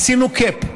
עשינו cap.